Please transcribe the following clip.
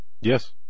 Yes